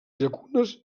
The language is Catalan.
llacunes